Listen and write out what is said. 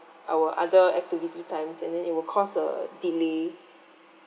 our other activity times and then it will cause a delay